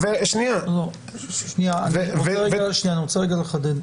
אני רוצה לחדד,